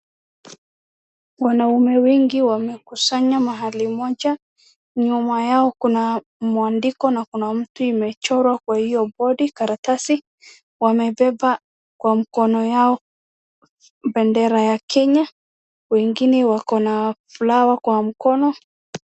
Wanaume wengi wamekusanya mahali moja. Nyuma yao kuna mwandiko na kuna mtu imechorwa kwa hiyo boardi karatasi. Wamebeba kwa mkono yao bendera ya Kenya. Wengine wako na flower kwa mkono.